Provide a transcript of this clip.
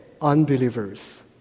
unbelievers